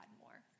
more